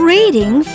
Reading